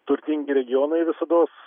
turtingi regionai visados